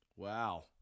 wow